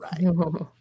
right